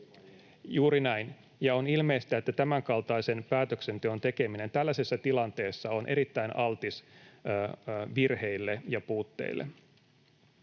juuri näin — ja on ilmeistä, että tämänkaltaisen päätöksenteon tekeminen tällaisessa tilanteessa on erittäin altis virheille ja puutteille.